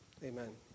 Amen